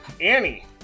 Annie